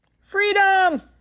Freedom